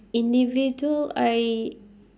individual I